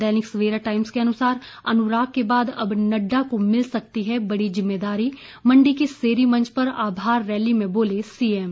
दैनिक Savera Times के अनुसार अनुराग के बाद अब नड्डा को मिल सकती है बड़ी जिम्मेदारी मंडी के सेरी मंच पर आभार रैली में बोले सीएम